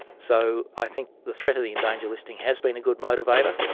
so i think the threat of the in danger listing has been a good motivator,